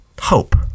hope